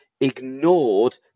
ignored